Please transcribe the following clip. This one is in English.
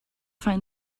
find